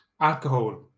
alcohol